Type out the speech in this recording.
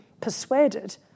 persuaded